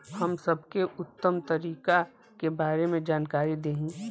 हम सबके उत्तम तरीका के बारे में जानकारी देही?